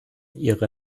ihre